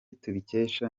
tubikesha